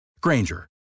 Granger